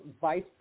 vice